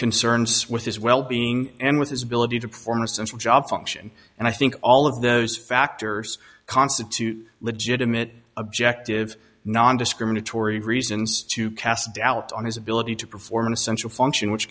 concerns with his well being and with his ability to perform essential job function and i think all of those factors constitute a legitimate objective nondiscriminatory reasons to cast doubt on his ability to perform an essential function which